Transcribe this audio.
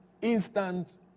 Instant